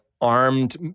armed